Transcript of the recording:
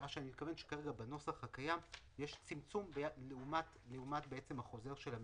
בנוסח הקיים יש צמצום לעומת החובות.